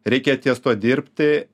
reikia ties tuo dirbti